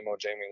Jamie